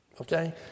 Okay